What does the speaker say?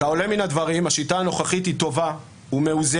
כעולה מן הדברים, השיטה הנוכחית היא טובה ומאוזנת.